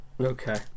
Okay